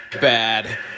bad